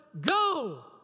go